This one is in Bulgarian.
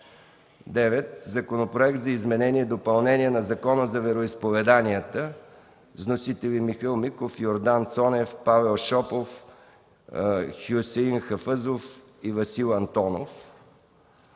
Законопроект за изменение и допълнение на Закона за вероизповеданията. Вносители – Михаил Миков, Йордан Цонев, Павел Шопов, Хюсеин Хафъзов и Васил Антонов.